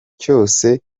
cyose